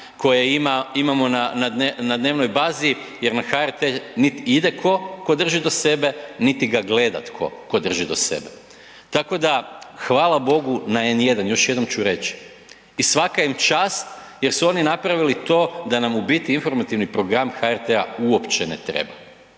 koje imamo na dnevnoj bazi jer na HRT nit ide tko tko drži do sebe niti ga gleda tko ko drži do sebe. Tako da hvala Bogu na N1 još jednom ću reći i svaka im čast jer su oni napravili to da nam u biti informativni program HRT-a uopće ne treba,